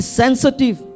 sensitive